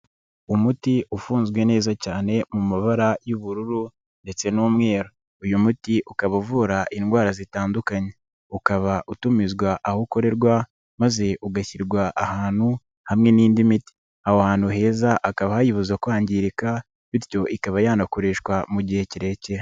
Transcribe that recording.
Umuti ufunzwe neza cyane mu mabara y'ubururu ndetse n'umweru, uyu muti ukaba uvura indwara zitandukanye, ukaba utumizwa aho ukorerwa maze ugashyirwa ahantu hamwe n'indi miti, aho hantu heza hakaba hayibuza kwangirika bityo ikaba yanakoreshwa mu gihe kirekire.